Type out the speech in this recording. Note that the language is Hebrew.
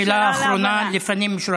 זאת השאלה האחרונה לפנים משורת הדין.